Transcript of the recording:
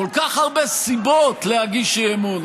כל כך הרבה סיבות להגיש אי-אמון.